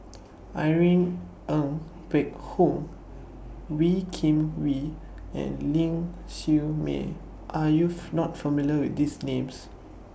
Irene Ng Phek Hoong Wee Kim Wee and Ling Siew May Are YOU not familiar with These Names